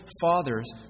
fathers